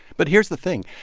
but here's the thing.